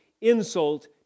insult